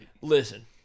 Listen